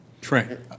trent